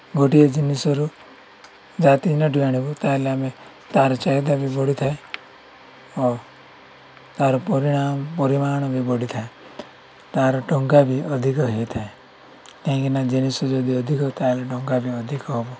ଗୋଟିଏ ଜିନିଷରୁ ଯାହା ତିନୋଟି ଆଣିବୁ ତା'ହେଲେ ଆମେ ତା'ର ଚାହିଦା ବି ବଢ଼ିଥାଏ ଓ ତା'ର ପରିଣାମ ପରିମାଣ ବି ବଢ଼ିଥାଏ ତାର' ଟଙ୍କା ବି ଅଧିକ ହୋଇଥାଏ କାହିଁକିନା ଜିନିଷ ଯଦି ଅଧିକ ତା'ହେଲେ ଟଙ୍କା ବି ଅଧିକ ହେବ